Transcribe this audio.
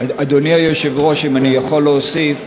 אדוני היושב-ראש, אם אני יכול להוסיף,